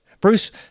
Bruce